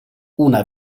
una